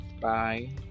Bye